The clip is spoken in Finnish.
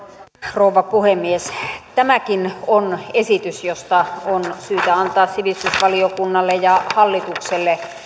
rouva puhemies tämäkin on esitys josta on syytä antaa sivistysvaliokunnalle ja hallitukselle